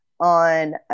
on